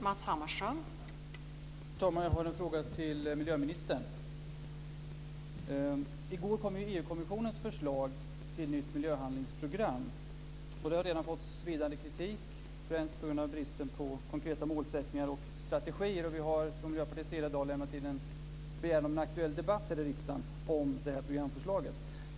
Fru talman! Jag har en fråga till miljöministern. I går kom ju EU-kommissionens förslag till nytt miljöhandlingsprogram. Det har redan fått svidande kritik, främst på grund av bristen på konkreta målsättningar och strategier. Vi har från Miljöpartiets sida i dag lämnat in en begäran om en aktuell debatt här i riksdagen om det här programförslaget.